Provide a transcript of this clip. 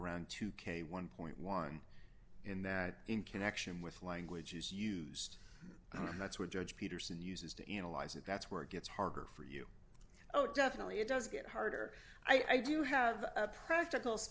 around two k one point one in that in connection with language is used that's what judge peterson uses to analyze it that's where it gets harder for you oh definitely it does get harder i do have a practical